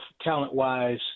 talent-wise